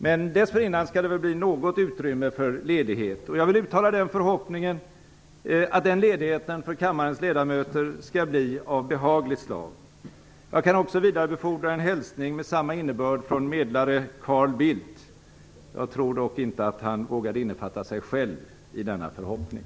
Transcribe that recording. Men dessförinnan skall det väl bli något utrymme för ledighet. Jag vill uttala förhoppningen att den ledigheten för kammarens ledamöter blir av behagligt slag. Jag kan också vidarebefordra en hälsning med samma innebörd från medlare Carl Bildt. Jag tror dock inte att han vågade innefatta sig själv i denna förhoppning.